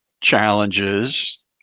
challenges